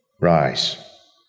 rise